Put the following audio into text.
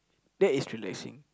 that is relaxing